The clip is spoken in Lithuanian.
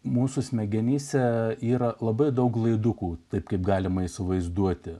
mūsų smegenyse yra labai daug laidukų taip kaip galima įsivaizduoti